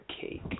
cake